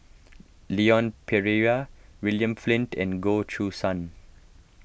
Leon Perera William Flint and Goh Choo San